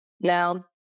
Now